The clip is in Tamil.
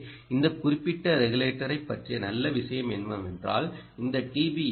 எனவே இந்த குறிப்பிட்ட ரெகுலேட்டரைப் பற்றிய நல்ல விஷயம் என்னவென்றால் இந்த டி